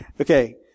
Okay